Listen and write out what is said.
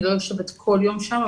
היא לא יושבת כל יום שם,